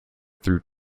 through